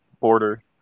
border